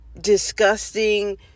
disgusting